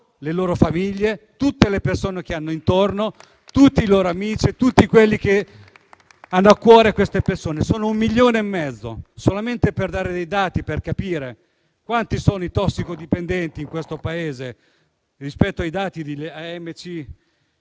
le loro famiglie, tutte le persone che hanno intorno, tutti i loro amici e tutti quelli che hanno a cuore queste persone. Sono un milione e mezzo. Solamente per dare dei dati e capire quanti sono i tossicodipendenti in questo Paese, rispetto ai dati